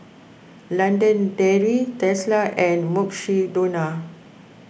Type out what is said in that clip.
London Dairy Tesla and Mukshidonna